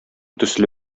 төсле